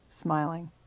smiling